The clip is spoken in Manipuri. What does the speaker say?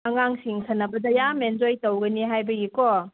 ꯑꯉꯥꯡꯁꯤꯡ ꯁꯥꯟꯅꯕꯗ ꯌꯥꯝ ꯑꯦꯟꯖꯣꯏ ꯇꯧꯒꯅꯤ ꯍꯥꯏꯕꯒꯤ ꯀꯣ